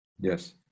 Yes